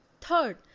third